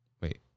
Wait